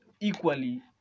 equally